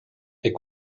est